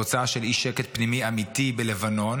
תוצאה של אי-שקט פנימי אמיתי בלבנון,